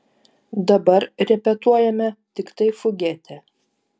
dabar repetuojame tiktai fugetę